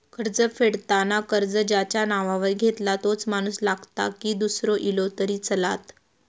कर्ज फेडताना कर्ज ज्याच्या नावावर घेतला तोच माणूस लागता की दूसरो इलो तरी चलात?